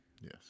Yes